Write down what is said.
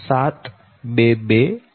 r414 1